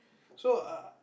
so err